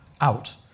out